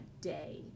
day